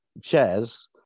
shares